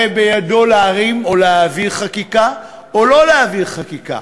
הרי בידו להרים ולהעביר חקיקה או לא להעביר חקיקה,